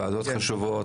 ועדות חשובות,